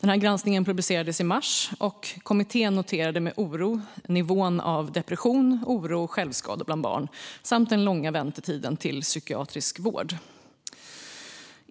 Granskningen publicerades i mars, och kommittén noterade med oro nivån av depression, oro och självskador bland barn samt den långa väntetiden till psykiatrisk vård.